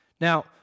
Now